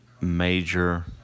major